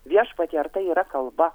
viešpatie ar tai yra kalba